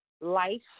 life